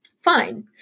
fine